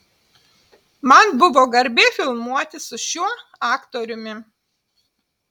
man buvo garbė filmuotis su šiuo aktoriumi